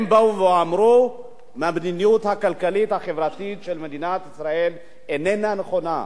הם באו ואמרו: המדיניות הכלכלית-החברתית של מדינת ישראל איננה נכונה,